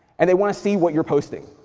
and they wanna see what you're posting,